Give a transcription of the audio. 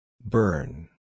Burn